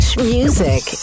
Music